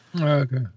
Okay